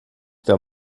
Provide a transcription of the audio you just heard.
der